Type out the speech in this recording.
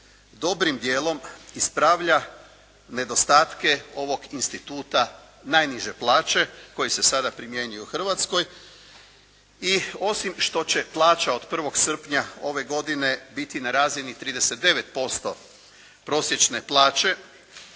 dobrim dijelom ispravlja nedostatke ovog instituta najniže plaće koji se sada primjenjuje u Hrvatskoj i osim što će plaća od 1. srpnja ove godine biti na razini 39% prosječne plaće